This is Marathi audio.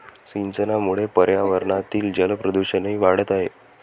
सिंचनामुळे पर्यावरणातील जलप्रदूषणही वाढत आहे